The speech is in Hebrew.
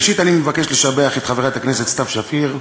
ראשית, אני מבקש לשבח את חברת הכנסת סתיו שפיר,